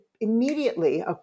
Immediately